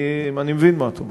אני מבין מה את אומרת.